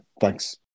Thanks